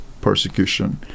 persecution